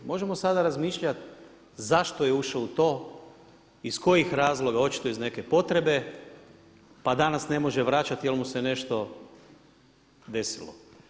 Možemo sada razmišljati zašto je ušao u to, iz kojih razloga, očito iz neke potrebe pa danas ne može vraćati jer mu se nešto desilo.